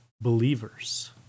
believers